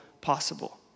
possible